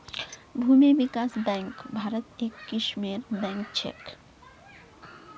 भूमि विकास बैंक भारत्त एक किस्मेर बैंक छेक